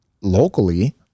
locally